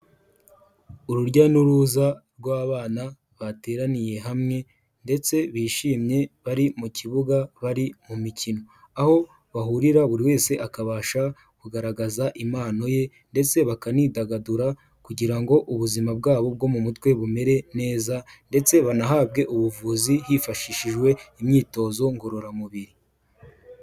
Urujya n'uruza rw'abana bateraniye hamwe ndetse bishimye bari mu kibuga bari mu mikino, aho bahurira buri wese akabasha kugaragaza impano ye ndetse bakanidagadura kugira ngo ubuzima bwabo bwo mu mutwe bumere neza ndetse banahabwe ubuvuzi hifashishijwe imyitozo ngororamubiri.